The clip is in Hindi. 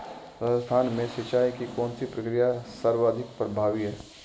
राजस्थान में सिंचाई की कौनसी प्रक्रिया सर्वाधिक प्रभावी है?